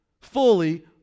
fully